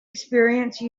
experience